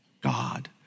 God